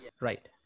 Right